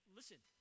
listen